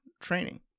training